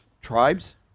tribes